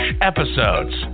episodes